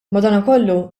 madankollu